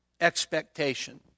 expectation